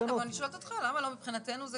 כן, אבל אני שואלת אותך למה לא, מבחינתנו זה